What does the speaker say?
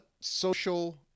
social